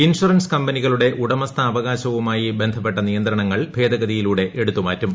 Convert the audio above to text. insurance കമ്പനികളുടെ ഉടമസ്ഥാവകാശവുമായി ബന്ധപ്പെട്ട നിയന്ത്രണങ്ങൾ ഭേദഗതിയിലൂടെ എടുത്തുമാറ്റും